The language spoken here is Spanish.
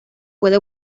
puede